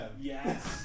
Yes